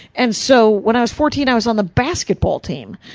and so, when i was fourteen, i was on the basketball team.